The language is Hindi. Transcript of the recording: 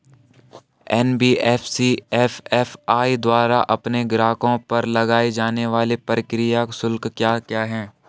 एन.बी.एफ.सी एम.एफ.आई द्वारा अपने ग्राहकों पर लगाए जाने वाले प्रक्रिया शुल्क क्या क्या हैं?